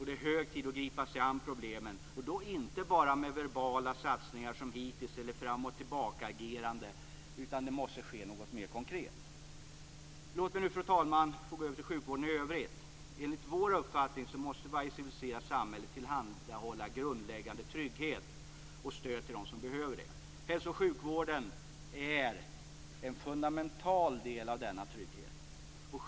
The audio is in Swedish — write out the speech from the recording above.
Det är hög tid att gripa sig an problemen och då inte bara med verbala satsningar, som hittills, eller fram-och-tillbakaagerande. Det måste ske något mer konkret. Låt mig nu, fru talman, gå över till sjukvården i övrigt. Enligt vår uppfattning måste varje civiliserat samhälle tillhandahålla grundläggande trygghet och stöd till dem som behöver det. Hälso och sjukvården är en fundamental del av denna trygghet.